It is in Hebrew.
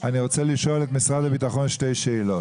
אני רוצה לש אול את משרד הביטחון שתי שאלות.